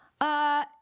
Uh-